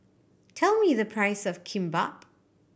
tell me the price of Kimbap